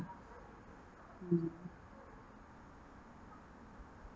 mm